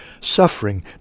Suffering